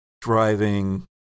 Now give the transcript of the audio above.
driving